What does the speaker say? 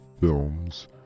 films